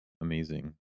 amazing